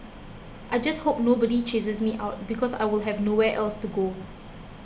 I just hope nobody chases me out because I will have nowhere else to go